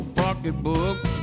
pocketbook